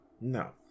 no